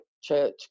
church